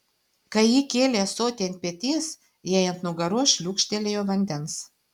kai ji kėlė ąsotį ant peties jai ant nugaros šliūkštelėjo vandens